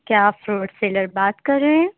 کیا آپ fruit seller بات کر رہے ہیں